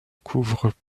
couvre